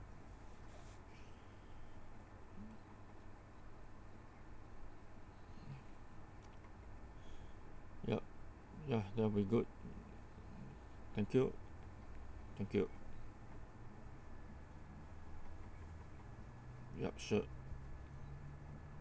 yup ya that will be good thank you thank you yup sure